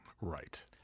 Right